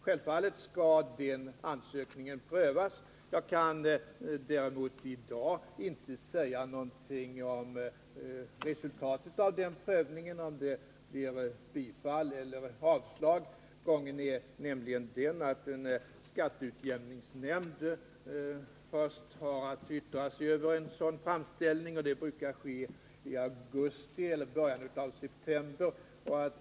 Självfallet skall den ansökningen prövas. Däremot kan jag i dag inte säga någonting om resultatet av prövningen, om det blir bifall eller avslag. Gången är nämligen den att en skatteutjämningsnämnd först har att yttra sig över en sådan framställning, och det brukar ske i augusti eller i början av september.